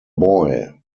boy